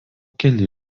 keli